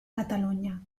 cataluña